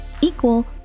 equal